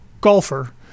golfer